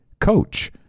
coach